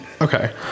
Okay